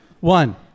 One